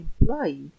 employee